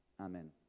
amen